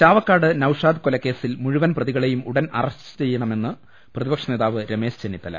ചാവക്കാട് നൌഷാദ് കൊലകേസിൽ മുഴുവൻ പ്രതികളെയും ഉടൻ അറസ്റ്റു ചെയ്യണമെന്ന് പ്രതിപക്ഷ നേതാവ് രമേശ് ചെന്നിത്തല